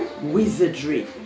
wizardry